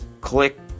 click